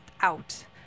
out